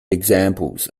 examples